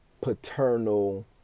paternal